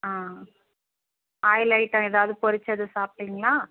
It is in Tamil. ஆயில் ஐட்டம் எதாவது பொரிச்சது சாப்டிங்களா